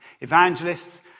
evangelists